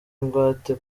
ingwate